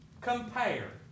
Compare